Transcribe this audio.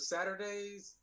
Saturdays